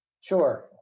Sure